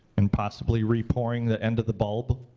and possibly repouring the end of the bulb.